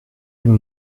dem